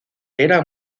era